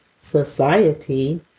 society